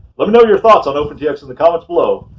let me know your thoughts on opentx in the comments below.